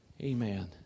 Amen